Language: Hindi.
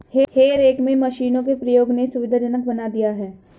हे रेक में मशीनों के प्रयोग ने सुविधाजनक बना दिया है